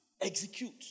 Execute